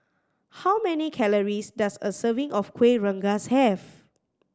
how many calories does a serving of Kuih Rengas have